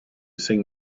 sing